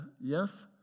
yes